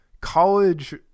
college